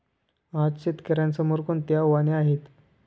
आज शेतकऱ्यांसमोर कोणती आव्हाने आहेत?